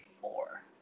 four